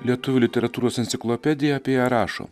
lietuvių literatūros enciklopedija apie ją rašo